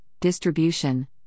distribution